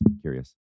curious